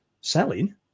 selling